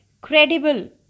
credible